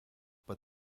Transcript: but